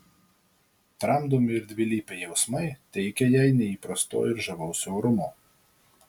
tramdomi dvilypiai jausmai teikia jai neįprasto ir žavaus orumo